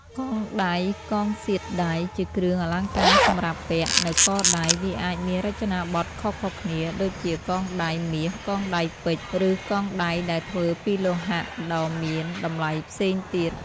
កងដៃ កងសៀតដៃ ជាគ្រឿងអលង្ការសម្រាប់ពាក់នៅកដៃ វាអាចមានរចនាបថខុសៗគ្នា ដូចជាកងដៃមាស កងដៃពេជ្រ ឬកងដៃដែលធ្វើពីលោហៈដ៏មានតម្លៃផ្សេងទៀត។